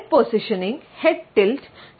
head positioning head tilt